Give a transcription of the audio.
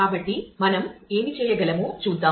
కాబట్టి మనం ఏమి చేయగలమో చూద్దాం